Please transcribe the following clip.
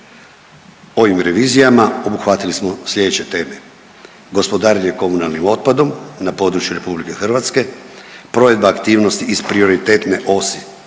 Ovim revizija obuhvatili smo sljedeće teme, gospodarenje komunalnim otpadom na području RH, provedba aktivnosti iz prioritetne osi